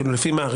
כאילו, לפי מה?